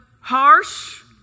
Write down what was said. harsh